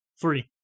Three